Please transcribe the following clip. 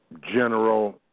general